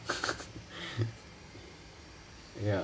ya